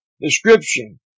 Description